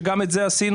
שגם את זה עשינו,